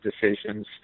decisions